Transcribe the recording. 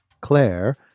Claire